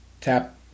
tap